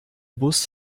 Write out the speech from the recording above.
bus